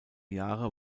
jahre